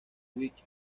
whigs